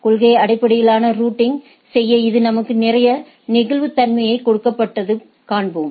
கொள்கை அடிப்படையிலான ரூட்டிங் செய்ய இது நமக்கு நிறைய நெகிழ்வுத்தன்மையைக் கொடுப்பதைக் காண்போம்